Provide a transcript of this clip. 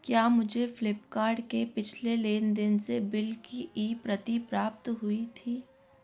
क्या मुझे फ्लिपकार्ट के पिछले लेन देन से बिल की ई प्रति प्राप्त हुई थी